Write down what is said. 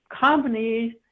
companies